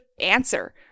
answer